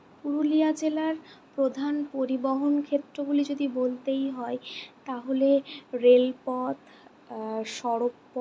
পুরুলিয়া জেলার প্রধান পরিবহণ ক্ষেত্রগুলি যদি বলতেই হয় তাহলে রেলপথ সড়কপথ